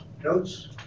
notes